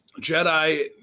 Jedi